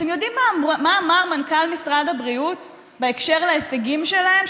אתם יודעים מה אמר מנכ"ל משרד הבריאות בהקשר של ההישגים שלהם,